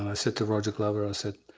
i said to roger glover, i said,